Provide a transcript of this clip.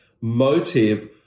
motive